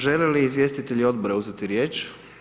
Žele li izvjestitelji odbora uzeti riječ?